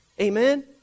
Amen